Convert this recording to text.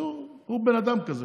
כי הוא בן אדם כזה